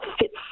fits